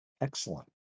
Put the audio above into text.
Excellent